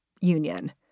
union